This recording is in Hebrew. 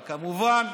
אבל כמובן,